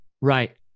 Right